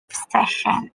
session